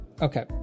Okay